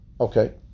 Okay